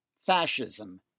fascism